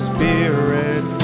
Spirit